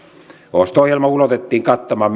osto ohjelma ulotettiin kattamaan